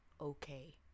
okay